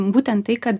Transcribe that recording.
būtent tai kad